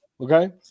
okay